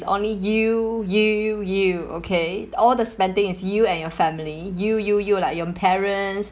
only you you you okay all the spending is you and your family you you you like your parents